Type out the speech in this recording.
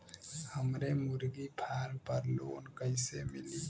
हमरे मुर्गी फार्म पर लोन कइसे मिली?